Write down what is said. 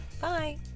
Bye